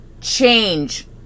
change